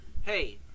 Hey